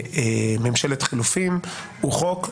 ממשלת חילופים הוא חוק --- עזוב.